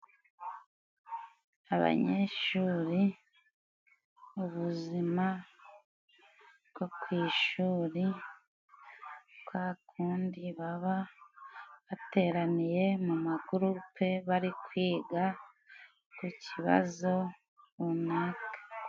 Abanyeshuri, ubuzima bwo ku ishuri, kwa kundi baba bateraniye mu magurupe, bari kwiga ku kibazo runaka.